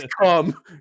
come